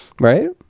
right